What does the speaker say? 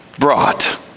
Brought